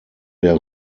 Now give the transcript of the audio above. der